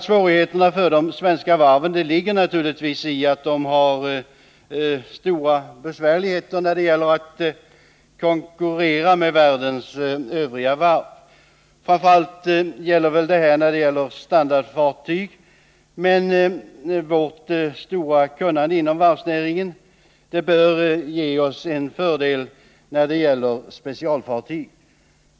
Svårigheterna för de svenska varven ligger naturligtvis i att de har stora besvärligheter när det gäller att konkurrera med världens övriga varv, framför allt när det gäller standardfartyg. Men vårt stora kunnande inom varvsnäringen bör ge oss en fördel när det gäller specialfartyg.